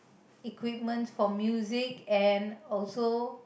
equipment for music and also